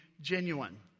genuine